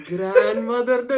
Grandmother